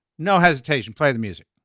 no hesitation play the music.